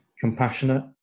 Compassionate